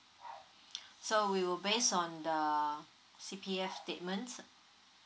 so we will based on the C_P_F statement